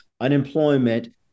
Unemployment